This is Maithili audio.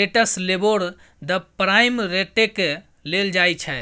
रेटस, लिबोर, द प्राइम रेटकेँ लेल जाइ छै